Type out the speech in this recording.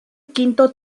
quinto